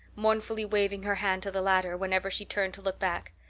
mournfully waving her hand to the latter whenever she turned to look back.